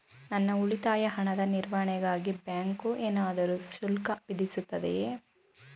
ನನ್ನ ಉಳಿತಾಯ ಹಣದ ನಿರ್ವಹಣೆಗಾಗಿ ಬ್ಯಾಂಕು ಏನಾದರೂ ಶುಲ್ಕ ವಿಧಿಸುತ್ತದೆಯೇ?